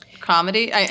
comedy